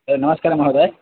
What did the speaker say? एवं नमस्कारः महोदय